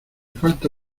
falta